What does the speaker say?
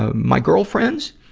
ah my girlfriend's,